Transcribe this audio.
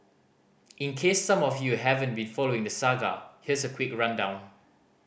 in case some of you haven't been following the saga here's a quick rundown